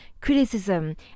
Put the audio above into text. criticism